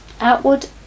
Outward